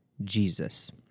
Jesus